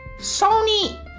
Sony